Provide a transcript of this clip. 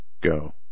go